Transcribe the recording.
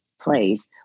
place